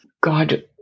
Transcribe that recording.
God